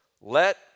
let